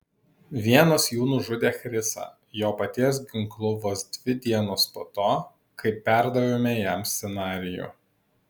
vienas jų nužudė chrisą jo paties ginklu vos dvi dienos po to kai perdavėme jam scenarijų